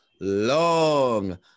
long